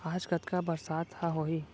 आज कतका बरसात ह होही?